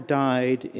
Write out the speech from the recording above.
died